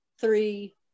three